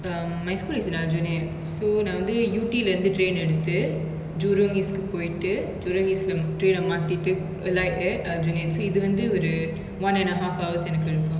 um my school is in aljunied so நா வந்து:na vanthu yew tee lah இருந்து:irunthu train எடுத்து:eduthu jurong east கு பொய்ட்டு:ku poitu jurong east lah um train ah மாத்திட்டு:maathitu like that uh aljunied so இதுவந்து ஒரு:ithuvanthu oru one and a half hours எனக்கு எடுக்கு:enaku eduku